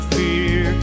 fear